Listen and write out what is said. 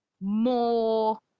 more